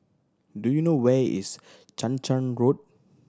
do you know where is Chang Charn Road